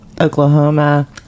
Oklahoma